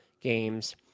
games